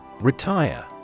Retire